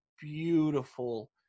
beautiful